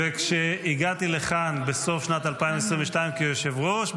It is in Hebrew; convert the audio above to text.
כשהגעתי לכאן בסוף שנת 2022 כיושב-ראש,